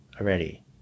already